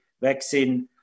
vaccine